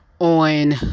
on